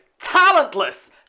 talentless